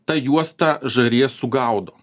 ta juosta žarijas sugaudo